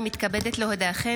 אני קובע כי